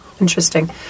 interesting